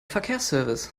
verkehrsservice